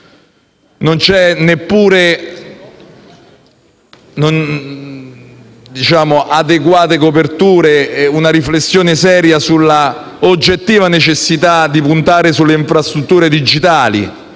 sono neppure adeguate coperture e una riflessione seria sulla oggettiva necessità di puntare sulle infrastrutture digitali,